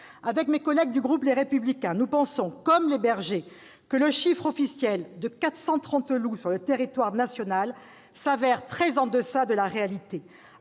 1992. Mes collègues du groupe Les Républicains et moi-même pensons, comme les bergers, que le chiffre officiel de 430 loups sur le territoire national s'avère très en deçà de la réalité,